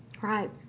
Right